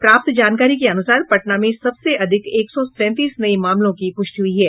प्राप्त जानकारी के अनुसार पटना में सबसे अधिक एक सौ सैंतीस नये मामलों की पुष्टि हुई है